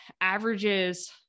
averages